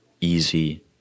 easy